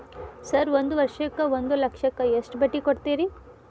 Sir ಒಂದು ವರ್ಷಕ್ಕ ಒಂದು ಲಕ್ಷಕ್ಕ ಎಷ್ಟು ಬಡ್ಡಿ ಕೊಡ್ತೇರಿ?